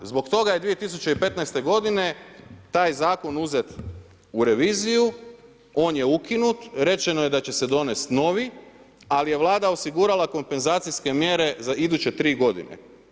Zbog toga je 2015. godine taj zakon uzet u reviziju, on je ukinut, rečeno je da će se donesti novi ali je Vlada osigurala kompenzacijske mjere za iduće 3 godine.